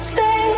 Stay